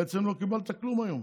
בעצם לא קיבלת כלום היום.